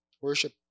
Worship